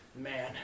man